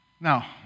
Now